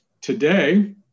today